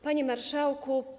Panie Marszałku!